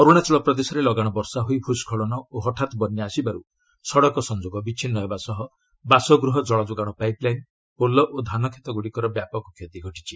ଅରୁଣାଚଳ ପ୍ରଦେଶରେ ଲଗାଶ ବର୍ଷା ହୋଇ ଭ୍ ସ୍କଳନ ଓ ହଠାତ୍ ବନ୍ୟା ଆସିବାରୁ ସଡ଼କ ସଂଯୋଗ ବିଚ୍ଛିନ୍ନ ହେବା ସହ ବାସଗୃହ ଜଳଯୋଗାଣ ପାଇପ୍ ଲାଇନ୍ ପୋଲ ଓ ଧାନକ୍ଷେତଗୁଡ଼ିକର ବ୍ୟାପକ କ୍ଷତି ଘଟିଛି